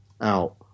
out